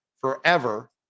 forever